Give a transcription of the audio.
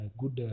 good